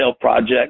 project